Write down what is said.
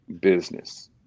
business